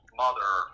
mother